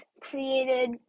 created